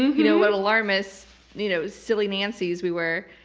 you know what alarmists, you know silly nancys we were.